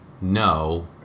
no